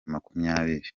makumyabiri